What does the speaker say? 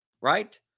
right